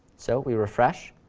so we refresh,